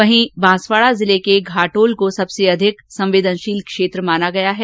उधर बांसवाड़ा के घाटोल को सबसे अधिक संवेदनशील क्षेत्र माना गया है